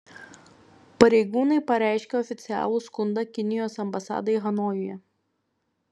pareigūnai pareiškė oficialų skundą kinijos ambasadai hanojuje